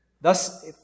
thus